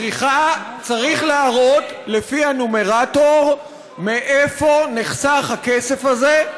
צריך להראות לפי הנומרטור מאיפה נחסך הכסף הזה,